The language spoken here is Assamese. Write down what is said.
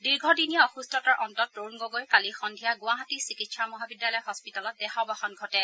দীৰ্ঘদিনীয়া অসুস্থতাৰ অন্তত তৰুণ গগৈৰ কালি সদ্ধিয়া গুৱাহাটী চিকিৎসা মহাবিদ্যালয় হস্পিতালত দেহাৱসান ঘটে